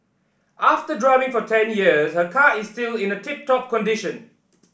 after driving for ten years her car is still in a tip top condition